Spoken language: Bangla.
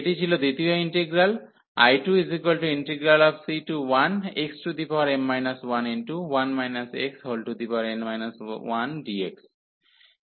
এটি ছিল দ্বিতীয় ইন্টিগ্রাল I2c1xm 11 xn 1dx